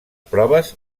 proves